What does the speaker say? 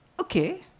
okay